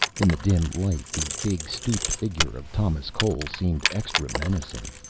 in the dim light the big stooped figure of thomas cole seemed extra menacing.